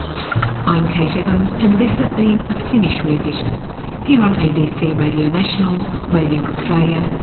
i'm kate evans and this has been a finnish rear vision here on abc radio national, radio australia,